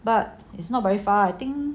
but it's not very far I think